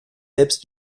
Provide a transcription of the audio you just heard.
jetzt